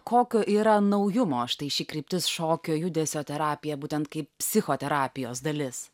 kokio yra naujumo štai ši kryptis šokio judesio terapija būtent kaip psichoterapijos dalis